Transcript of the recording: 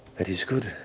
that is good.